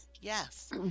Yes